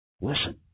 Listen